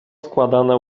składane